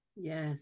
Yes